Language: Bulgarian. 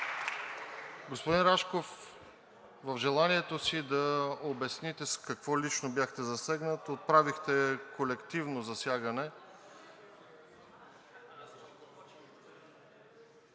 Господин Рашков, в желанието си да обясните с какво лично бяхте засегнат отправихте колективно засягане.